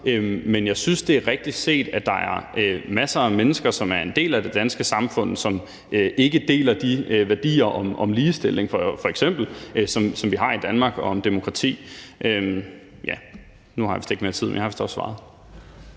Men jeg synes, at det er rigtigt set, at der er masser af mennesker, som er en del af det danske samfund, og som ikke deler de værdier om f.eks. ligestilling og demokrati, som vi har i Danmark. Nu har jeg ikke mere tid, men jeg har vist også svaret.